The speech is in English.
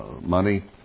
money